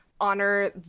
honor